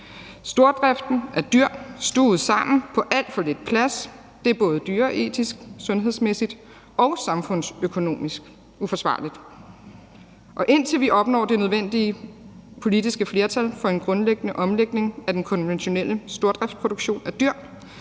Stordriften af dyr, der er stuvet sammen på alt for lidt plads, er både dyreetisk, sundhedsmæssigt og samfundsøkonomisk uforsvarligt, og indtil vi opnår det nødvendige politiske flertal for en grundlæggende omlægning af den konventionelle stordriftsproduktion af dyr,